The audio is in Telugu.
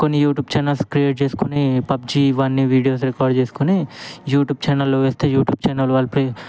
కొన్ని యూట్యూబ్ ఛానల్స్ క్రియేట్ చేసుకొని పబ్జీ ఇవన్నీ వీడియోస్ రికార్డ్ చేసుకొని యూట్యూబ్ ఛానల్స్ వేస్తే యూట్యూబ్ ఛానల్ వాళ్ళు